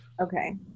Okay